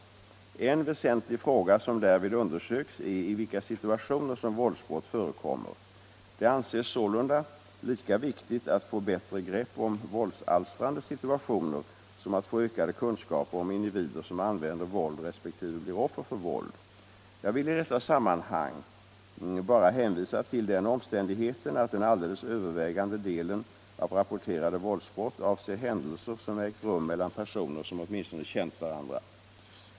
En väsentlig fråga som därvid undersöks är i vilka situationer som våldsbrott förekommer. Det anses sålunda lika viktigt att få bättre grepp om våldsalstrande situationer som att få ökade kunskaper om individer som använder våld resp. blir offer för våld. Jag vill i detta sammanhang bara hänvisa till den omständigheten att den alldeles övervägande delen av rapporterade våldsbrott avser händelser som ägt rum mellan personer som åtminstone känt varandra.